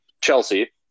Chelsea